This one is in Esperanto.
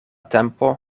tempo